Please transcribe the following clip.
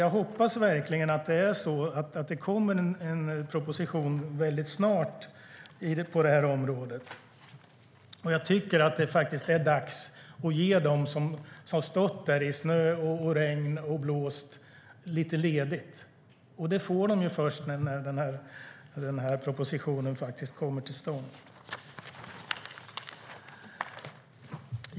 Jag hoppas verkligen att det kommer en proposition väldigt snart på det här området, men jag tror inte på det förrän jag ser det. Det är dags att ge dem som har stått där i snö, regn och blåst lite ledigt, och det får de först när propositionen kommer till stånd.